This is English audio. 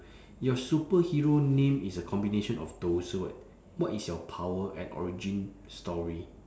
your superhero name is a combination of those word what is your power and origin story